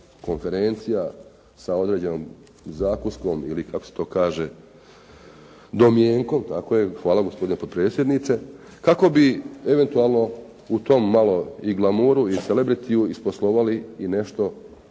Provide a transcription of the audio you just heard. konferencija sa određenom zakuskom ili kako se to kaže domjenkom tako je, hvala gospodine potpredsjedniče, kako bi eventualno u tom malo i glamuru i celebrityju isposlovali i nešto donacija